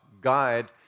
guide